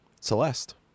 Celeste